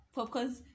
Popcorns